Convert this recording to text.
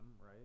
right